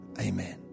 Amen